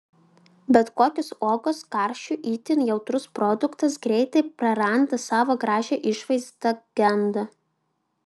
bet kokios uogos karščiui itin jautrus produktas greitai praranda savo gražią išvaizdą genda